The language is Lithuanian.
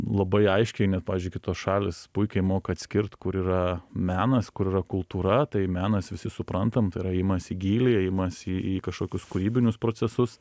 labai aiškiai net pavyzdžiui kitos šalys puikiai moka atskirt kur yra menas kur yra kultūra tai menas visi suprantam tai yra ėjimas į gylį ėjimas į į kažkokius kūrybinius procesus